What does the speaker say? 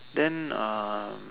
then